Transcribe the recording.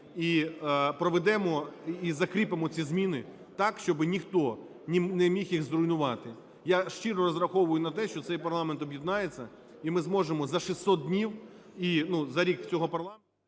і проведемо, і закріпимо ці зміни так, щоб ніхто не міг їх зруйнувати. Я щиро розраховую на те, що цей парламент об'єднається і ми зможемо за 600 днів, за рік цього парламенту…